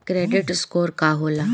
Credit score का होला?